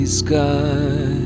sky